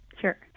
Sure